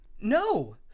No